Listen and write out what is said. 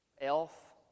Elf